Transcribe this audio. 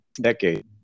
decade